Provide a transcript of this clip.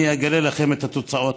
אני אגלה לכם את התוצאות,